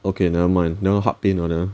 okay never mind that [one] heart pain that [one]